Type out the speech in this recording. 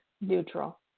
neutral